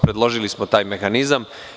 Predložili smo taj mehanizam.